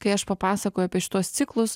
kai aš papasakoju apie šituos ciklus